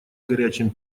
горячем